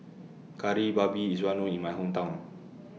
Kari Babi IS Well known in My Hometown